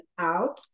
out